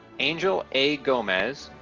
angel a gomez,